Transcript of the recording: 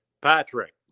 Patrick